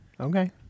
Okay